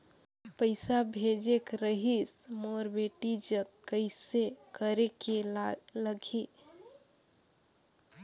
पइसा भेजेक रहिस मोर बेटी जग कइसे करेके लगही?